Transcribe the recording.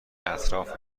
اطراف